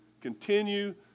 continue